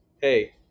hey